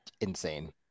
insane